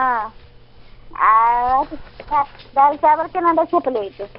हँ आ दालि चावल केना दय छियै प्लेट